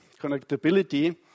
connectability